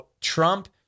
Trump